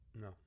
No